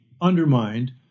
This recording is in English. undermined